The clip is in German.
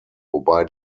wobei